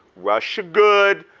russia good,